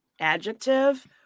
adjective